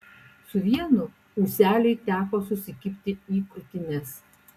su vienu ūseliui teko susikibti į krūtines